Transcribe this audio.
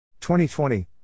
2020